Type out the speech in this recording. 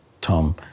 Tom